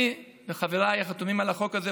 אני וחבריי החתומים על החוק הזה,